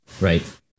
right